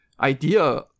idea